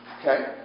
Okay